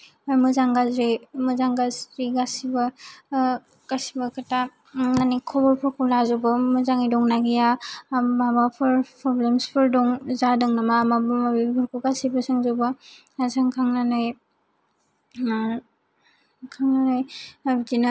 मोजां गाज्रि मोजां गाज्रि गासिबो गासिबो खोथा माने खबरफोरखौ लाजोबो मोजाङै दं ना गैया माबाफोर प्रबलेम्सफोर दं जादों नामा माबा माबिफोरखौ गासिबो सोंजोबो सोंखांनानै आरो सोंखांनानै आर बिदिनो